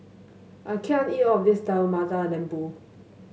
I can't eat all of this Telur Mata Lembu